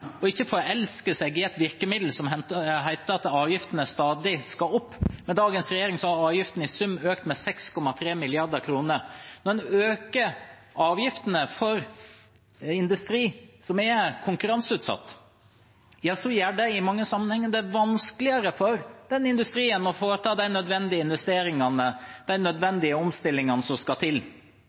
ikke forelsker seg i det virkemiddelet at avgiftene stadig skal opp. Med dagens regjering har avgiftene i sum økt med 6,3 mrd. kr. Når en øker avgiftene for konkurranseutsatt industri, gjør det i mange sammenhenger det vanskeligere for den industrien å foreta de nødvendige investeringene og omstillingene som skal til.